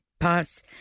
pass